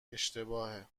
اشتباهه